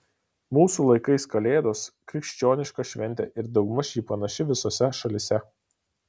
mūsų laikais kalėdos krikščioniška šventė ir daugmaž ji panaši visose šalyse